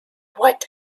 what